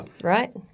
Right